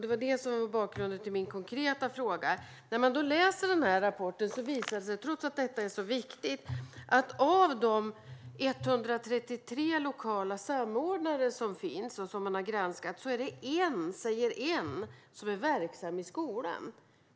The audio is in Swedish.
Men - och detta är bakgrunden till min konkreta fråga - i rapporten visar det sig, trots att detta är så viktigt, att det av de 133 lokala samordnare som finns och som man har granskat är en som är verksam i skolan.